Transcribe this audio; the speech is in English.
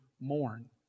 mourn